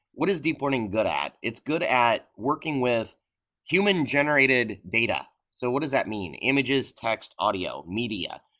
what is deep learning good at? it's good at working with human generated data. so what does that mean? images, text, audio, media.